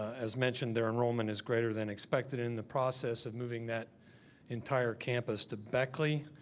as mentioned, their enrollment is greater than expected in the process of moving that entire campus to beckley,